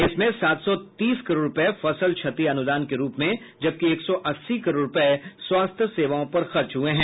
इसमें सात सौ तीस करोड़ रूपये फसल क्षति अनुदान के रूप में जबकि एक सौ अस्सी करोड़ रूपये स्वास्थ्य सेवाओं पर खर्च हुए हैं